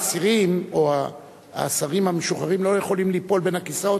האסירים או האסירים המשוחררים לא יכולים ליפול בין הכיסאות.